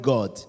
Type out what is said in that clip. God